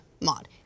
mod